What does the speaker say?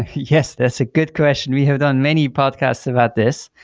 yes, that's a good question. we have done many podcasts about this.